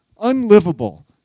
unlivable